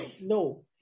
No